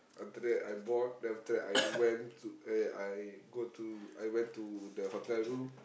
after that I bought then after that I went to eh I go to I went to the hotel room